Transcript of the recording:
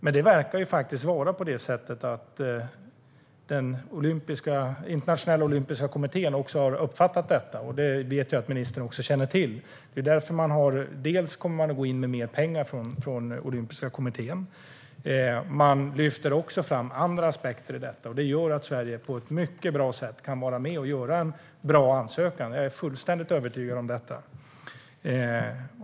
Men det verkar faktiskt vara på det sättet att Internationella Olympiska Kommittén också har uppfattat detta. Det vet jag att ministern känner till. Dels kommer man att gå in med mer pengar från den olympiska kommittén, dels lyfter man också fram andra aspekter i detta. Det gör att Sverige på ett mycket bra sätt kan vara med och göra en bra ansökan. Jag är fullständigt övertygad om detta.